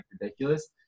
ridiculous